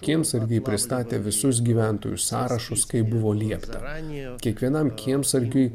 kiemsargiai pristatė visus gyventojų sąrašus kaip buvo liepta kiekvienam kiemsargiui